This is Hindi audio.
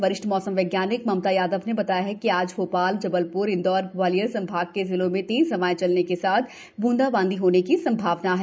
वरिष्ठ मौसम वैज्ञानिक ममता यादव ने बताया कि आज भो ाल जबल ुर इंदौर ग्वालियर चंबल संभाग के जिलों में तेज हवाएं चलने के साथ बूंदाबांदी होने की सभावना है